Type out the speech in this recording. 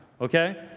Okay